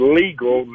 legal